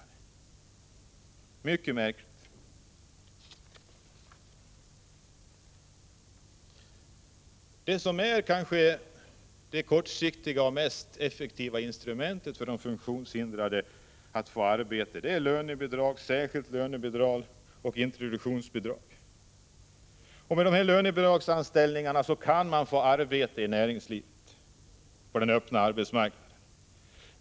Det är mycket märkligt! Det kanske snabbaste och mest effektiva instrumentet för de funktionshindrade att få arbete är särskilt lönebidrag och introduktionsbidrag. Med dessa lönebidragsanställningar kan man få arbete i näringslivet på den öppna arbetsmarknaden.